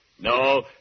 No